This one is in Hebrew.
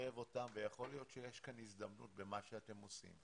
לקרב אותם ויכול להיות שיש כאן הזדמנות במה שאתם עושים,